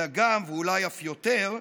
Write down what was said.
אלא גם, ואולי אף יותר,